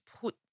put